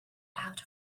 out